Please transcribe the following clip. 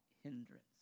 hindrance